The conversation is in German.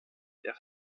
der